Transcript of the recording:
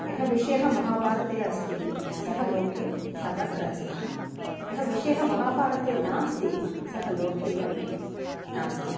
यः विषयः महाभारते अस्ति सः लोके सर्वत्र अस्ति यः विषयः महाभारते नास्ति सः लोके अपि नास्ति